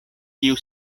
kiu